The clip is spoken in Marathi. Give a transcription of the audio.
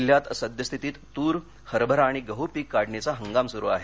जिल्ह्यात सद्यस्थितीत तूर हरभरा आणि गह पिक काढणीचा हंगाम सुरू आहे